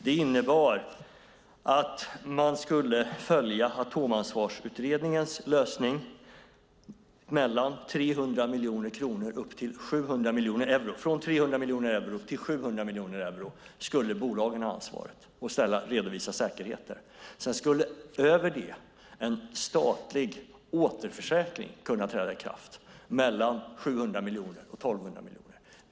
Det innebar att följa Atomansvarsutredningens lösning att mellan 300 miljoner euro till 700 miljoner euro skulle bolagen ha ansvaret och redovisa säkerheter. Över det skulle en statlig återförsäkring träda i kraft, mellan 700 miljoner och 1 200 miljoner.